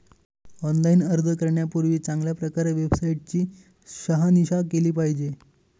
online अर्ज करण्यापूर्वी चांगल्या प्रकारे वेबसाईट ची शहानिशा केली पाहिजे